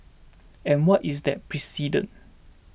and what is that precedent